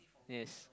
yes